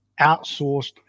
outsourced